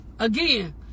Again